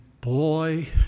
boy